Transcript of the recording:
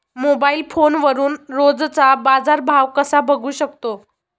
Mobile फोनवरून रोजचा बाजारभाव कसा बघू शकतो?